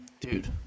Dude